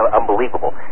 unbelievable